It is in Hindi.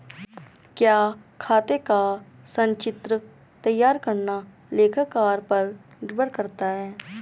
क्या खाते का संचित्र तैयार करना लेखाकार पर निर्भर करता है?